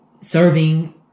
serving